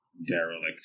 Derelict